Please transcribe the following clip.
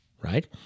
right